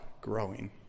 growing